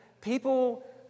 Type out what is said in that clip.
people